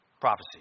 Prophecy